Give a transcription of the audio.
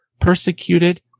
persecuted